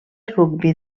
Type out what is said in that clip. rugbi